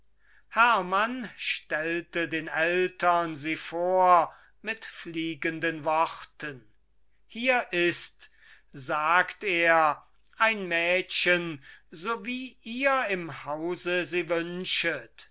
hermann stellte den eltern sie vor mit fliegenden worten hier ist sagt er ein mädchen so wie ihr im hause sie wünschet